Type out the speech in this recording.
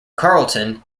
carlton